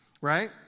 right